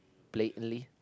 blatantly